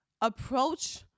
approach